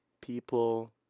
People